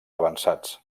avançats